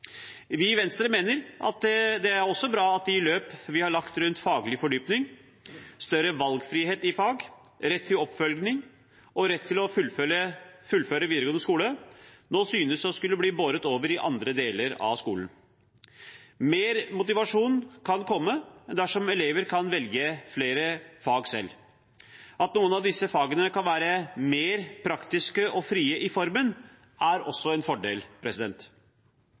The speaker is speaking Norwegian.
Vi i Venstre mener at det også er bra at de løp vi har lagt rundt faglig fordypning, større valgfrihet i fag, rett til oppfølging og rett til å fullføre videregående skole nå synes å bli båret over i andre deler av skolen. Mer motivasjon kan det bli dersom elever kan velge flere fag selv. At noen av disse fagene kan være mer praktiske og frie i formen, er også en fordel.